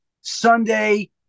Sunday